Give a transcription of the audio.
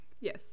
yes